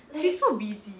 she's so busy